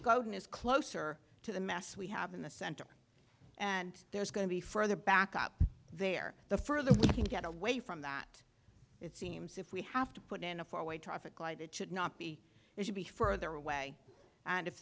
golden is closer to the mass we have in the center and there's going to be further back up there the further you get away from that it seems if we have to put in a four way traffic light that should not be and should be further away and if